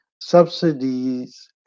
subsidies